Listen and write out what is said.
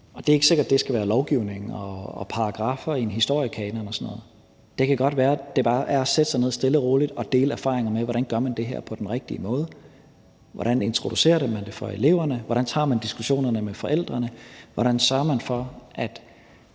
Det er ikke sikkert, at det skal være lovgivning og paragraffer i en historiekanon og sådan noget. Det kan godt være, at det bare er at sætte sig ned stille og roligt og dele erfaringer om, hvordan man gør det her på den rigtige måde, hvordan man introducerer det for eleverne, hvordan man tager diskussionerne med forældrene, og hvordan man sørger for, at